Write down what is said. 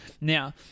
Now